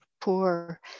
poor